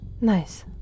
Nice